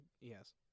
Yes